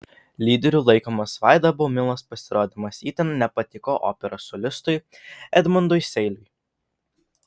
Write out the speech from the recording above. lyderiu laikomas vaido baumilos pasirodymas itin nepatiko operos solistui edmundui seiliui